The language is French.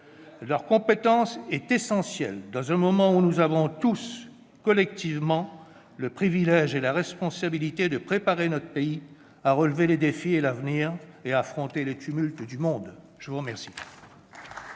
Sa compétence est essentielle ... Très bien !... dans un moment où nous avons tous collectivement le privilège et la responsabilité de préparer notre pays à relever les défis de l'avenir et à affronter les tumultes du monde. La parole